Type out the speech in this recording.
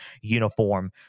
uniform